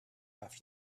after